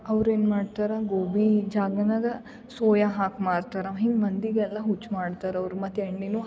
ಅವ್ರೇನು ಮಾಡ್ತಾರೆ ಗೋಬಿ ಜಾಗನಾಗೆ ಸೋಯಾ ಹಾಕಿ ಮಾರ್ತಾರೆ ಹಿಂಗೆ ಮಂದಿಗೆಲ್ಲ ಹುಚ್ಚು ಮಾಡ್ತಾರೆ ಅವರು ಮತ್ತು ಎಣ್ಣೆ